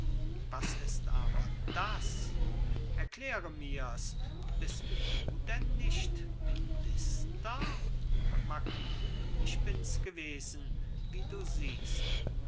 was ist aber das erkläre mirs bist du denn nicht minister marquis ich bins gewesen wie du siehst